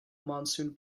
monsoon